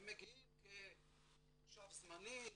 הם מגיעים כתושב זמני,